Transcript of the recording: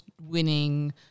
winning